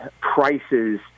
prices